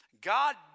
God